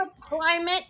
climate